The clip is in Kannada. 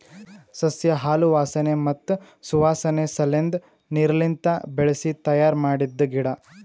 ಸಸ್ಯ ಹಾಲು ವಾಸನೆ ಮತ್ತ್ ಸುವಾಸನೆ ಸಲೆಂದ್ ನೀರ್ಲಿಂತ ಬೆಳಿಸಿ ತಯ್ಯಾರ ಮಾಡಿದ್ದ ಗಿಡ